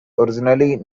originally